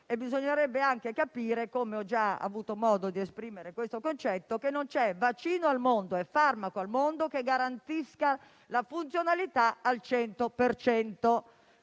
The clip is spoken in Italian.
Bisognerebbe anche capire - come ho già avuto modo di esprimere - il concetto che non c'è vaccino al mondo e farmaco al mondo che garantiscano la funzionalità al 100